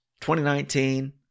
2019